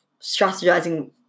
strategizing